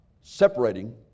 separating